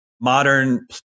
modern